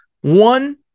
One